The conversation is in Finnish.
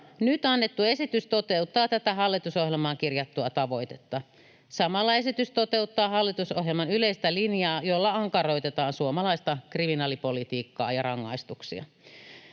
Nyt annettu esitys toteuttaa tätä hallitusohjelmaan kirjattua tavoitetta. Samalla esitys toteuttaa hallitusohjelman yleistä linjaa, jolla ankaroitetaan suomalaista kriminaalipolitiikkaa ja rangaistuksia.